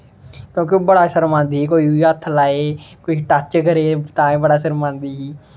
क्योंकि ओह् बड़ा शरमांदी ही कोई बी हत्थ लाए कोई टच करै तां बी बड़ा शरमांदी ही